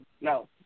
no